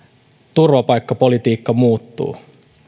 turvapaikkapolitiikka muuttuu